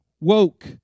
Woke